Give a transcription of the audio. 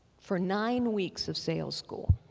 for nine weeks of sales school,